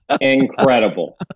Incredible